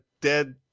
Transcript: Dead